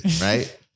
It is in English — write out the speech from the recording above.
right